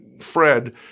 Fred